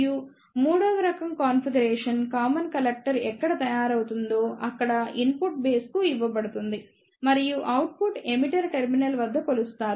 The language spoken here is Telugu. మరియు మూడవ రకం కాన్ఫిగరేషన్ కామన్ కలెక్టర్ ఎక్కడ తయారవుతుందో అక్కడ ఇన్పుట్ బేస్ కు ఇవ్వబడుతుంది మరియు అవుట్పుట్ ఎమిటర్ టెర్మినల్ వద్ద కొలుస్తారు